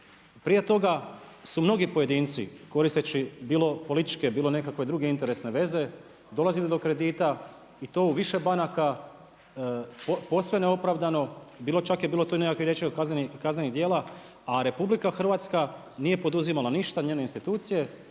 Prije toga s u mnogi pojedinci koristeći bilo političke bilo nekakve druge interesne veze, dolazili do kredita i to u više banaka, posve neopravdano, čak je tu bilo i nekakve riječi o kaznenih djela, a RH nije poduzimala ništa, njene institucije,